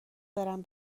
برم